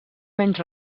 menys